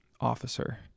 officer